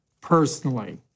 personally